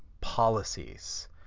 policies